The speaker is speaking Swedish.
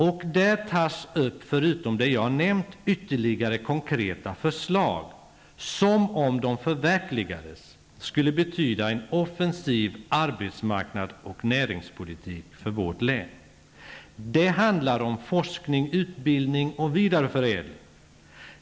Förutom det jag har nämnt tas i motionen upp ytterligare konkreta förslag som, om de förverkligades, skulle betyda en offensiv arbetsmarknads och näringspolitik för vårt län. Det handlar om forskning, utbildning och vidareförädling.